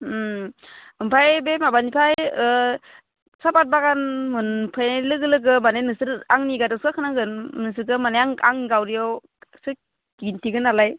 आमफाय बे माबानिफाय साफाद बागान मोनफैन्नाय लोगो लोगो माने नोंसोरो आंनि गारियावसो गाखोनांगोन नोंसोरखो माने आं गावरियाव सो दिन्थिगोन नालाय